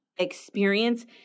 experience